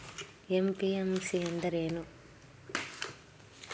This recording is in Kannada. ಎಂ.ಪಿ.ಎಂ.ಸಿ ಎಂದರೇನು?